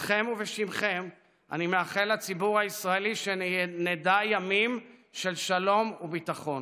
איתכם ובשמכם אני מאחל לציבור הישראלי שנדע ימים של שלום וביטחון.